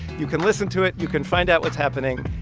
you can listen to it. you can find out what's happening.